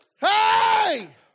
Hey